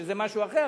שזה משהו אחר,